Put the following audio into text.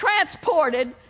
transported